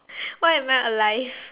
why am I alive